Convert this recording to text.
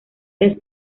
las